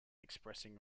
expressing